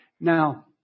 Now